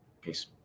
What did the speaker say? Peace